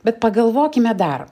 bet pagalvokime dar